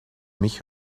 mich